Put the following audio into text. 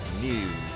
News